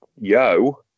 Yo